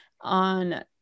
on